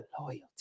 loyalty